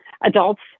adults